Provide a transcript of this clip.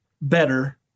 better